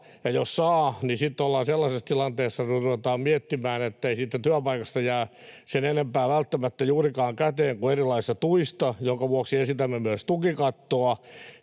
jos saa, niin sitten ollaan sellaisessa tilanteessa, että ruvetaan miettimään, ettei siitä työpaikasta välttämättä jää käteen juurikaan sen enempää kuin erilaisista tuista — sen vuoksi esitämme myös tukikattoa